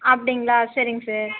அப்படிங்களா சரிங்க சார்